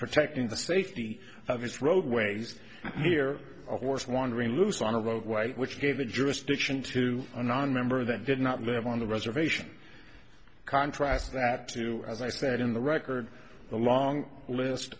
protecting the safety of its roadways here of course wandering loose on a roadway which gave the jurisdiction to a nonmember that did not live on the reservation contrast that to as i said in the record a long list